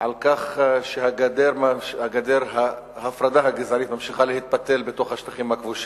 על כך שגדר ההפרדה הגזענית ממשיכה להתפתל לתוך השטחים הכבושים.